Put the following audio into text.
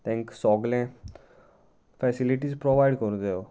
तांकां सगलें facilities provide करूं द्यो